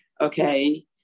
Okay